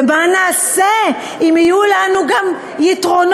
ומה נעשה אם יהיו לנו גם יתרות?